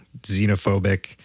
xenophobic